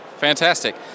Fantastic